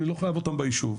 אני לא חייב אותם ביישוב.